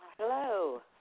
Hello